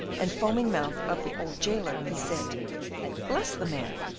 and foaming mouth of the old jailer, he said bless the man,